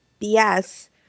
BS